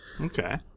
Okay